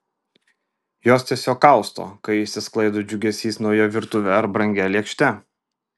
jos tiesiog kausto kai išsisklaido džiugesys nauja virtuve ar brangia lėkšte